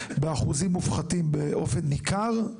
באחוזים מופחתים באופן ניכר.